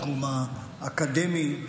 בתחום האקדמי,